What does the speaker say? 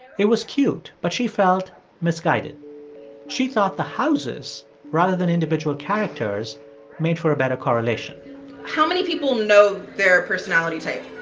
it was cute, but she felt misguided she thought the houses rather than individual characters made for a better correlation how many people know their personality type?